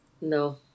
No